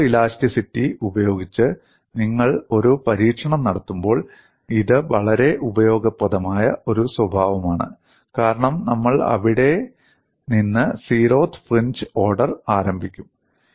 photo elasticity ഉപയോഗിച്ച് നിങ്ങൾ ഒരു പരീക്ഷണം നടത്തുമ്പോൾ ഇത് വളരെ ഉപയോഗപ്രദമായ ഒരു സ്വഭാവമാണ് കാരണം നമ്മൾ അവിടെ നിന്ന് സീറോത്ത് ഫ്രിഞ്ച് ഓർഡർ ആരംഭിക്കും